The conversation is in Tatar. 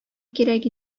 кирәк